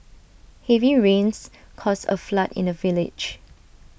heavy rains caused A flood in the village